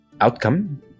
Outcome